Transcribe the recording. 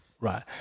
Right